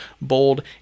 bold